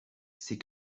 c’est